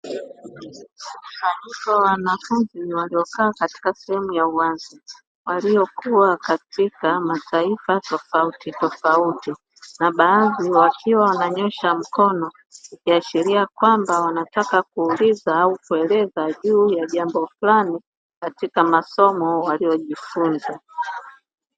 Katika wanafunzi waliokaa katika sehemu ya uwazi waliokua katika mataifa tofauti tofauti, na baadhi wakiwa wananyoosha mkono wakiashirika kwamba wanataka kuuliza au kueleza juu ya jambo fulani katika masomo waliyojifunza.